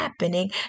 happening